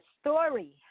story